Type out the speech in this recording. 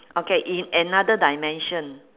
okay in another dimension